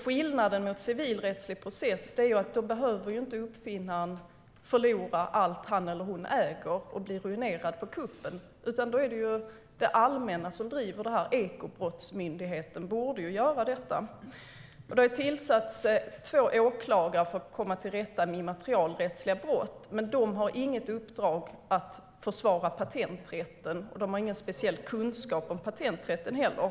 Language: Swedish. Skillnaden mot en civilrättslig process är att uppfinnaren inte behöver förlora allt han eller hon äger och bli ruinerad på kuppen, utan då är det det allmänna som driver målet. Ekobrottsmyndigheten borde göra det. Det har tillsatts två åklagare för att komma till rätta med immaterialrättsliga brott. Men de har inget uppdrag att försvara patenträtten, och de har ingen speciell kunskap om patenträtten heller.